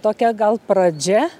tokia gal pradžia